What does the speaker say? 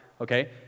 okay